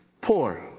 poor